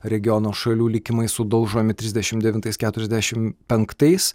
regiono šalių likimai sudaužomi trisdešim devintais keturiasdešim penktais